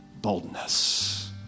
boldness